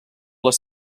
les